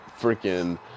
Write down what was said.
freaking